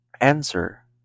answer